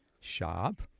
shop